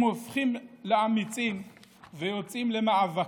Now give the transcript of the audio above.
הם הופכים לאמיצים ויוצאים למאבק.